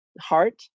heart